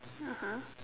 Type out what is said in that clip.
(uh huh)